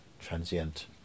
transient